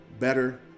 Better